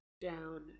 down